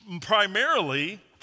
primarily